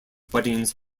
weddings